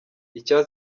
icya